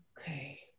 okay